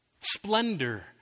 splendor